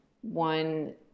One